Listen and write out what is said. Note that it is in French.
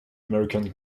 american